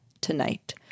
tonight